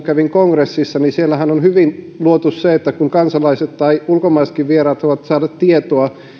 kävin yhdysvalloissa kongressissa ja siellähän on hyvin luotu se että kansalaiset tai ulkomaisetkin vieraat voivat saada tietoa